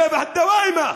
טבח דוואימה.